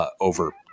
over